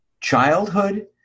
childhood